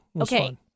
Okay